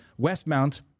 Westmount